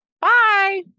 Bye